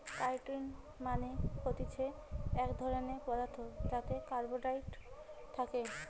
chitin মানে হতিছে এক ধরণের পদার্থ যাতে কার্বোহাইড্রেট থাকে